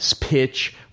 pitch